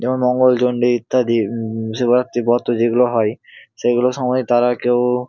যেমন মঙ্গলচন্ডী ইত্যাদি শিবরাত্রি ব্রত যেগুলো হয় সেগুলো সময়ে তারা কেউ